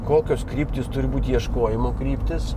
kokios kryptys turi būti ieškojimo kryptys